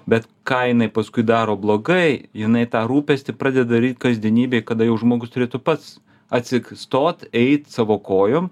bet ką jinai paskui daro blogai jinai tą rūpestį pradeda daryt kasdienybėj kada jau žmogus turėtų pats atsistot eit savo kojom